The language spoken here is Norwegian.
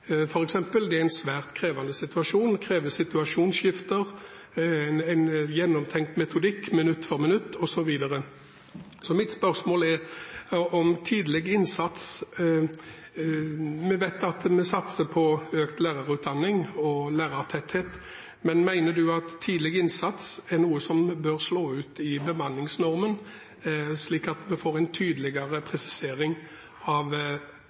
en svært krevende situasjon – det krever situasjonsskifter, en gjennomtenkt metodikk minutt for minutt, osv. Mitt spørsmål handler om tidlig innsats. Vi vet at vi satser på økt lærerutdanning og lærertetthet, men mener statsråden at tidlig innsats er noe som bør slå ut i bemanningsnormen, slik at vi får en tydeligere presisering av